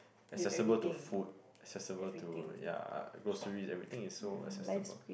accessible to food accessible to ya groceries everything is so accessible